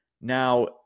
Now